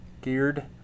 Geared